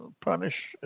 punish